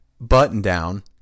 button-down